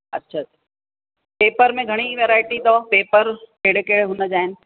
अच्छा अच्छा पेपर में घणेई वैराएटी अथव पेपर कहिड़े कहिड़े हुनजा आहिनि